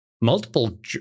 multiple